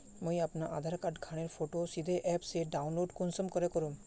मुई अपना आधार कार्ड खानेर फोटो सीधे ऐप से डाउनलोड कुंसम करे करूम?